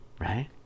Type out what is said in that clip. right